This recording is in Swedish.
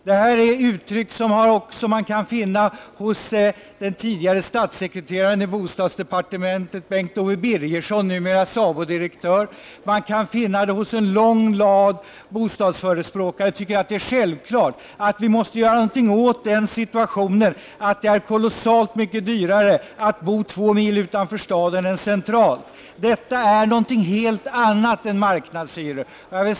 Detta är uttryck som man kan finna hos den tidigare statssekreteraren i bostadsdepartementet, Bengt Owe Birgersson, numera SABO-direktör. Man kan finna det hos en lång rad bostadsförespråkare, som tycker att det är självklart att vi måste göra någonting åt att det är kolossalt mycket dyrare att bo två mil utanför staden än centralt. Detta är någonting helt annat än marknadshyror.